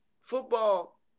Football